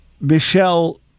Michelle